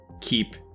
keep